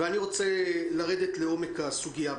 ואני רוצה לרדת לעומק הסוגיה.